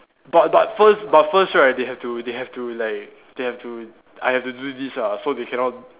but but first but first right they have to they have to like they have to I have to do this lah so they cannot